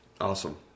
Awesome